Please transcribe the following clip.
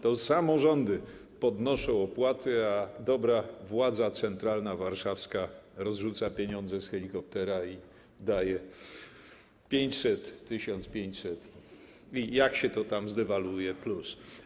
To samorządy podnoszą opłaty, a dobra władza centralna, warszawska rozrzuca pieniądze z helikoptera, daje 500, 1500 - i jak się to tam zdewaluuje - plus.